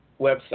website